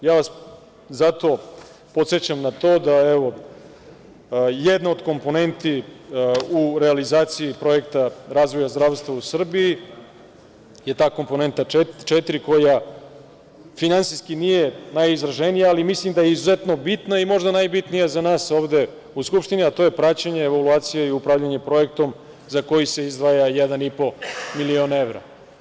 Zato vas podsećam na to da, evo, jedna od komponenti u realizaciji projekta razvoja zdravstva u Srbiji, je ta komponenta 4, koja finansijski nije najizraženija, ali mislim da je izuzetno bitna, i možda najbitnija za nas ovde u Skupštini, a to je praćenje evaluacije i upravljanje projektom za koji se izdvaja 1,5 milion evra.